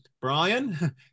Brian